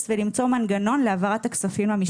ולמצוא מנגנון להעברת הכספים למשפחות.